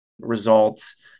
results